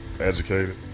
educated